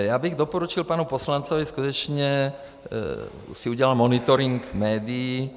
Já bych doporučil panu poslanci skutečně si udělat monitoring médií.